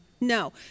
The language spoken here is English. No